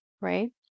right